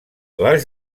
les